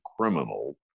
Criminal